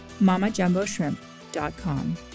MamaJumboShrimp.com